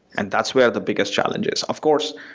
and that's where the biggest challenge is. of course,